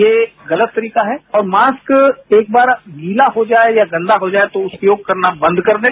ये गलत तरीका है और मास्क एक बार गीला हो जाए या गंदा हो जाए तो उपयोग करना बंद कर दें